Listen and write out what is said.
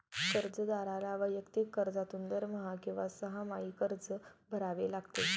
कर्जदाराला वैयक्तिक कर्जातून दरमहा किंवा सहामाही कर्ज भरावे लागते